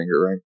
right